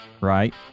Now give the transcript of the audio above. right